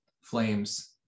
flames